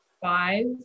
five